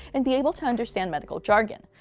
and be able to understand medical jargon.